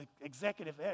executive